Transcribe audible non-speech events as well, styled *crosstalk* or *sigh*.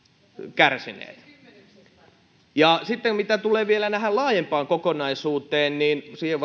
kärsineet mitä tulee vielä tähän laajempaan kokonaisuuteen niin siihen *unintelligible*